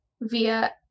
via